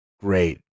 great